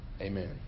Amen